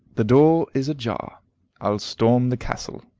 the door is ajar i'll storm the castle.